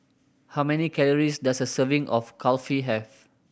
how many calories does a serving of Kulfi have